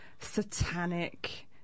satanic